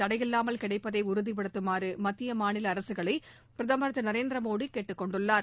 தடையில்லாமல் கிடைப்பதை உறுதிபடுத்துமாறு மத்திய மாநில அரசுகளை பிரதம் திரு நரேந்திர மோடி கேட்டுக்கொண்டுள்ளார்